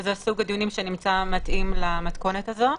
שזה סוג הדיונים שנמצא מתאים למתכונת הזו,